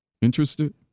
Interested